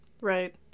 Right